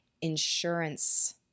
insurance